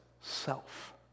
self